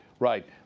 Right